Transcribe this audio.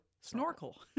snorkel